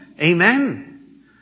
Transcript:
Amen